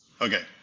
Okay